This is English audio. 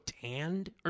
tanned